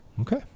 Okay